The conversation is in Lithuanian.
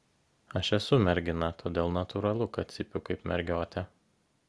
aš esu mergina todėl natūralu kad cypiu kaip mergiotė